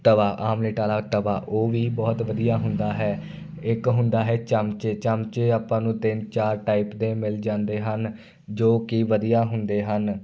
ਤਵਾ ਆਮਲੇਟ ਵਾਲਾ ਤਵਾ ਉਹ ਵੀ ਬਹੁਤ ਵਧੀਆ ਹੁੰਦਾ ਹੈ ਇੱਕ ਹੁੰਦਾ ਹੈ ਚਮਚੇ ਚਮਚੇ ਆਪਾਂ ਨੂੰ ਤਿੰਨ ਚਾਰ ਟਾਈਪ ਦੇ ਮਿਲ ਜਾਂਦੇ ਹਨ ਜੋ ਕਿ ਵਧੀਆ ਹੁੰਦੇ ਹਨ